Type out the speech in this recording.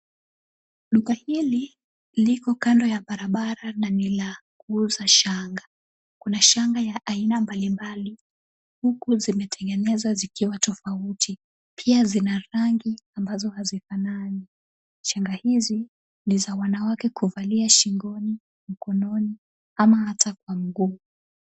Duka hili liko kando ya barabara na ni la kuuza shanga. Kuna shanga za aina mbalimbali, huku zimetengenezwa zikiwa tofauti. Pia zina rangi ambazo hazifanani. Shanga hizi ni za wanawake kuvalia shingoni, mkononi ama ata kwa mguu.